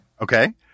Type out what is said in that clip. Okay